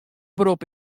berop